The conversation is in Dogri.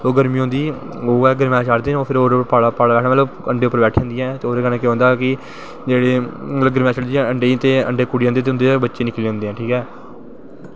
ओह् गर्मी होंदा गरमैश चाढ़दे फिर पालै अंडे पर बैठी दियां होंदियां ते ओह्दे कन्नैं मतलव गरमैश होंदे अंडें गी ते अंडे कुड़ी जंदे ते उंदे चा दा बच्चे निकली जंदे ठीक ऐ